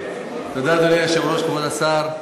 אדוני היושב-ראש, תודה, כבוד השרים,